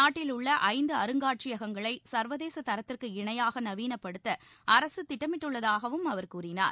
நாட்டிலுள்ள ஐந்து அருங்காட்சியகங்களை சர்வதேச தரத்திற்கு இணையாக நவீனப்படுத்த அரசு திட்டமிட்டுள்ளதாகவும் அவர் கூறினார்